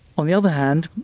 on the other hand,